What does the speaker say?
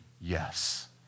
yes